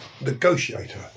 negotiator